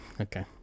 Okay